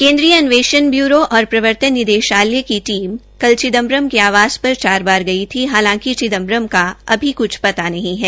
केन्द्रीय अन्वेषण bureau CBI और प्रवर्तन निदेशालय की टीम कल चिदम्बरम के आवास पर चार बार गई थी हालांकि चिदम्बरम का अभी कुछ पता नही है